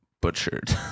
butchered